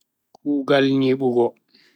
kugal nyibugo.